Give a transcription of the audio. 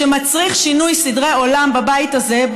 שמצריך שינוי סדרי עולם בבית הזה,